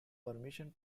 permission